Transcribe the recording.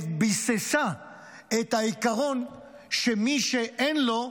ביססה את העיקרון שמי שאין לו,